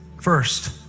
first